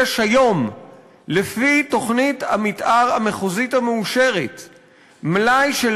יש היום לפי תוכנית המתאר המחוזית המאושרת מלאי של